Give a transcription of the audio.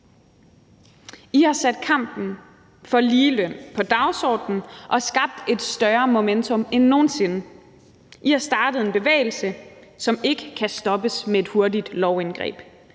I har sat kampen for ligeløn på dagsordenen og skabt et større momentum end nogen sinde. I har startet en bevægelse, som ikke kan stoppes med et hurtigt lovindgreb.